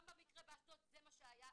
גם במקרה באשדוד זה מה שהיה.